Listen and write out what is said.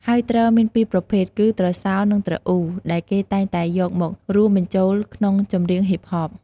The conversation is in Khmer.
ហើយទ្រមានពីប្រភេទ គឺ ទ្រសោ និងទ្រអ៊ូ ដែលគេតែងតែយកមករួមបញ្ចូលក្នុងចម្រៀងហុីបហប។